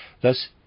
Thus